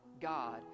God